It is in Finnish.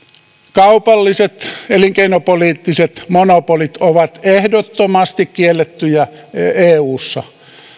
kaupalliset elinkeinopoliittiset monopolit ovat ehdottomasti kiellettyjä eussa